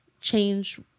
change